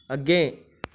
अग्गें